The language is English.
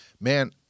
man